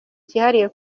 cyihariye